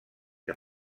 que